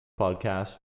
podcast